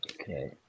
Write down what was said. Okay